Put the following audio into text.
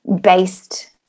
based